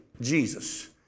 Jesus